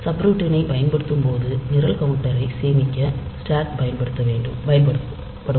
சப்ரூட்டின்களைப் பயன்படுத்தும் போது நிரல் கவுண்டரை சேமிக்க ஸ்டேக் பயன்படுத்தப்படும்